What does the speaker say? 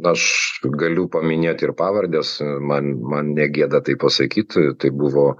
aš galiu paminėt ir pavardes man man negėda tai pasakyt tai buvo